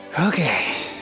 Okay